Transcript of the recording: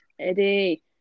Eddie